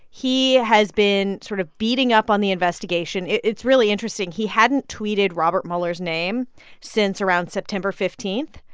he has been sort of beating up on the investigation. it's really interesting. he hadn't tweeted robert mueller's name since around september fifteen.